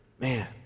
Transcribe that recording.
man